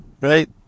right